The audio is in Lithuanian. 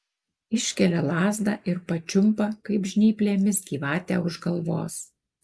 iškelia lazdą ir pačiumpa kaip žnyplėmis gyvatę už galvos